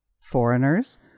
foreigners